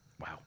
Wow